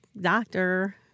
doctor